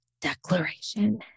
declaration